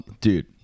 Dude